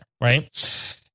Right